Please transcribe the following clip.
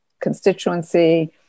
constituency